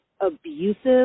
abusive